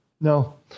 No